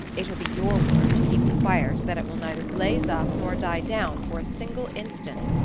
it will be your work to keep the fire so that it will neither blaze up nor die down for a single instant.